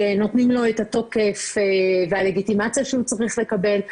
שנותנים לו את התוקף והלגיטימציה שהוא צריך לקבל.